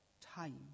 time